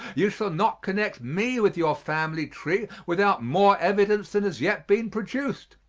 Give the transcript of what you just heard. you shall not connect me with your family tree without more evidence than has yet been produced.